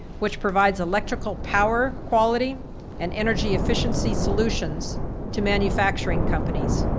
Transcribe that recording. which provides electrical power quality and energy efficiency solutions to manufacturing companies.